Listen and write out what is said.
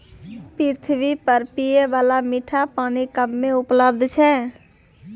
पृथ्वी पर पियै बाला मीठा पानी कम्मे उपलब्ध छै